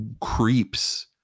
creeps